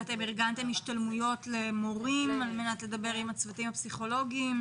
ואתם ארגנתם השתלמויות למורים על מנת לדבר עם הצוותים הפסיכולוגיים?